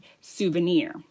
souvenir